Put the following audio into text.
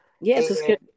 yes